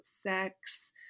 sex